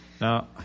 Now